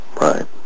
right